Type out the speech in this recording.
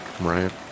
right